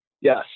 Yes